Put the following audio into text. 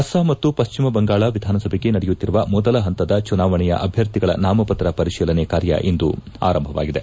ಅಸ್ಲಾಂ ಮತ್ತು ಪಶ್ಚಿಮ ಬಂಗಾಳ ವಿಧಾನಸಭೆಗೆ ನಡೆಯುತ್ತಿರುವ ಮೊದಲ ಹಂತದ ಚುನಾವಣೆಯ ಅಭ್ಯರ್ಥಿಗಳ ನಾಮಪತ್ರ ಪರಿಶೀಲನೆ ಕಾರ್ಯ ಇಂದು ಆರಂಭವಾಗಿದೆ